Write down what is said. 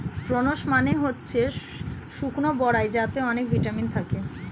prunes মানে হচ্ছে শুকনো বরাই যাতে অনেক ভিটামিন থাকে